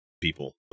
people